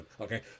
Okay